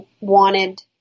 wanted